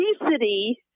obesity